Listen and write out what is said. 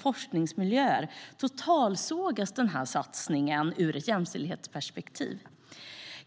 forskningsmiljöer totalsågar den satsningen ur ett jämställdhetsperspektiv.